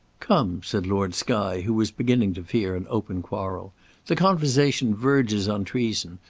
come, said lord skye, who was beginning to fear an open quarrel the conversation verges on treason,